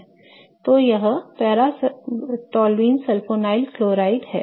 तो यह para toluene sulfonyl chloride है